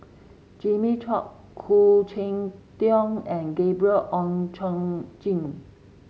Jimmy Chok Khoo Cheng Tiong and Gabriel Oon Chong Jin